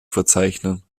verzeichnen